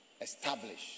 Establish